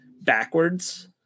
Backwards